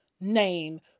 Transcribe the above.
name